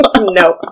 Nope